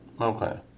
Okay